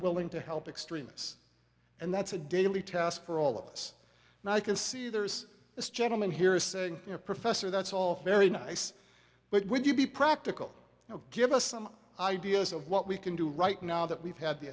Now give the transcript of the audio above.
willing to help extremists and that's a daily task for all of us and i can see there's this gentleman here is saying you know professor that's all very nice but would you be practical now give us some ideas of what we can do right now that we've had the